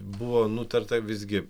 buvo nutarta visgi